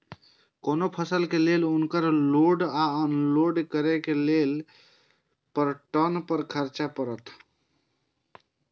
कोनो फसल के लेल उनकर लोड या अनलोड करे के लेल पर टन कि खर्च परत?